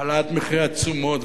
העלאת מחירי התשומות.